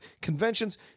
conventions